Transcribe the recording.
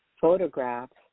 photographs